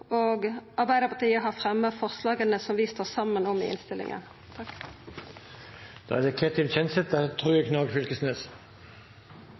og Arbeidarpartiet har fremja forslaga som vi står saman om i innstillinga. Å styrke svake gruppers rettsstilling er et gjentakende tema her i Stortinget – det